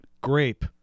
grape